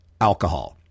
alcohol